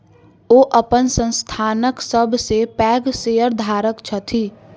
ओ अपन संस्थानक सब सॅ पैघ शेयरधारक छथि